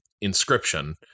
inscription